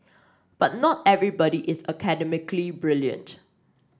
but not everybody is academically brilliant